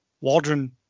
Waldron